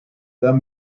them